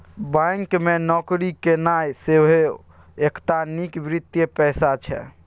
bank मे नौकरी केनाइ सेहो एकटा नीक वित्तीय पेशा छै